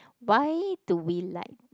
why do we like